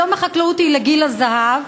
היום החקלאות היא לגיל הזהב.